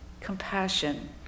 compassion